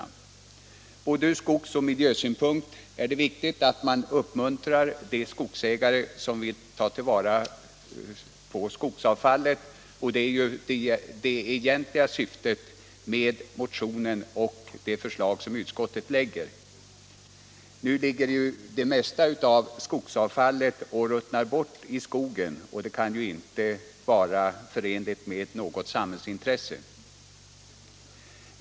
Från både skogsoch miljösynpunkt är det viktigt att uppmuntra de skogsägare som vill ta vara på skogsavfallet. Detta är också det egentliga syftet med motionen och med utskottets förslag. Det mesta av skogsavfallet ruttnar nu bort i skogen, och det kan inte vara förenligt med samhällsintresset.